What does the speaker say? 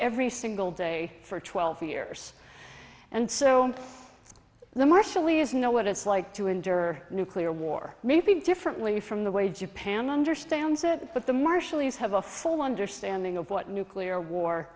every single day for twelve years and so the marshallese know what it's like to endure nuclear war maybe differently from the way japan understands it but the marshallese have a full understanding of what nuclear war